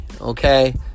okay